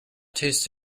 taste